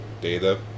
Data